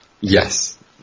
Yes